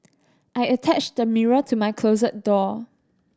I attached the mirror to my closet door